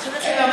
חס ושלום,